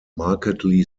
markedly